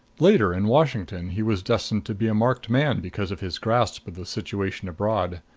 later, in washington, he was destined to be a marked man because of his grasp of the situation abroad.